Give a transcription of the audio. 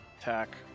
Attack